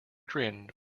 grin